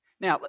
Now